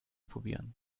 probieren